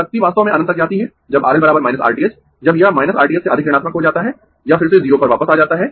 शक्ति वास्तव में अनंत तक जाती है जब RL R t h जब यह R t h से अधिक ऋणात्मक हो जाता है यह फिर से 0 पर वापस आ जाता है